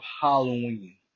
Halloween